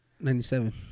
Ninety-seven